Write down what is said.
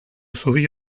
zubi